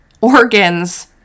organs